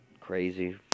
crazy